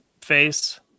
face